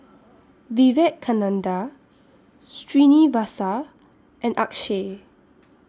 Vivekananda Srinivasa and Akshay